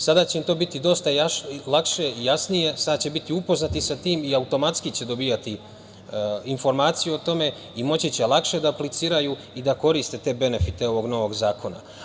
Sada će im to biti dosta lakše, jasnije, sada će biti upoznati sa tim i automatski će dobijati informaciju o tome i moći će lakše da apliciraju i da koriste te benefite ovog novog zakona.